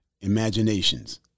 imaginations